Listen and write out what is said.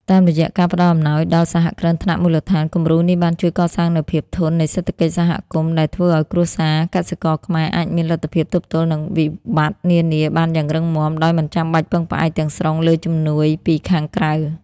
តាមរយៈការផ្ដល់អំណាចដល់ "សហគ្រិនថ្នាក់មូលដ្ឋាន" គំរូនេះបានជួយកសាងនូវភាពធន់នៃសេដ្ឋកិច្ចសហគមន៍ ដែលធ្វើឱ្យគ្រួសារកសិករខ្មែរអាចមានលទ្ធភាពទប់ទល់នឹងវិបត្តិនានាបានយ៉ាងរឹងមាំ ដោយមិនចាំបាច់ពឹងផ្អែកទាំងស្រុងលើជំនួយពីខាងក្រៅ។